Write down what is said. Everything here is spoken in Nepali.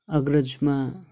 अग्रजमा